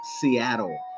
Seattle